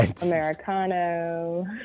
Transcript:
Americano